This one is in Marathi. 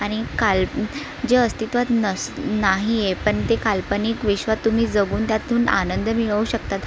आणि काल जे अस्तित्त्वात नस नाही आहे पण ते काल्पनिक विश्वात तुम्ही जगून त्यातून आनंद मिळवू शकतात